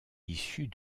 issues